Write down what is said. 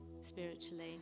spiritually